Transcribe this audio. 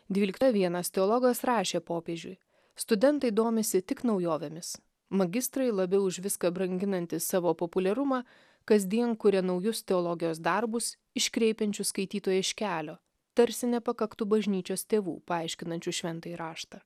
dvylikta vienas teologas rašė popiežiui studentai domisi tik naujovėmis magistrai labiau už viską branginanti savo populiarumą kasdien kuria naujus teologijos darbus iškreipiančius skaitytoją iš kelio tarsi nepakaktų bažnyčios tėvų paaiškinančių šventąjį raštą